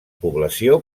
població